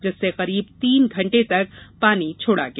जिससे करीब तीन घंटे तक पानी छोड़ा गया